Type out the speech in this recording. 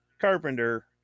Carpenter